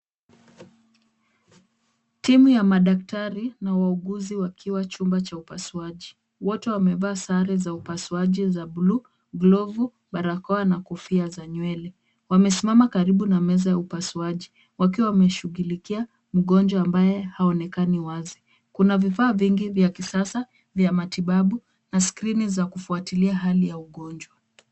Timu ya madaktari na wauguzi wakiwa chumba cha upasuaji, wote wamevaa sare za upasuaji za buluu, glovu, barakoa na kofia za nywele. Wamesimama karibu na meza ya upasuaji wakiwa wameshughulikia mgonjwa ambaye haonekani wazi. Kuna vifaa vingi vya kisasa vya matibabu na skrini za kufuatilia hali ya ugonjwa.